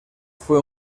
fue